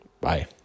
bye